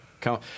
come